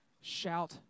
Shout